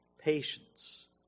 patience